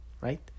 Right